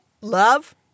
Love